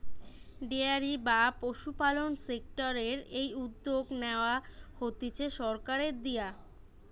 dairy বা পশুপালন সেক্টরের এই উদ্যগ নেয়া হতিছে সরকারের দিয়া